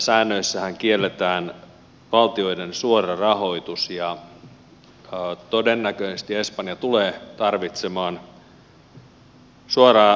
säännöissähän kielletään valtioiden suora rahoitus ja todennäköisesti espanja tulee tarvitsemaan suoraa rahoitusta